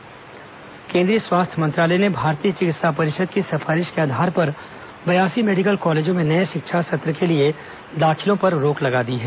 medical college दाखिला रोक केंद्रीय स्वास्थ्य मंत्रालय ने भारतीय चिकित्सा परिषद की सिफारिश के आधार पर बयासी मेडिकल कॉलेजों में नए शिक्षा सत्र के लिए दाखिलों पर रोक लगा दी है